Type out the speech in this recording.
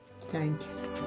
Thanks